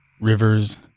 rivers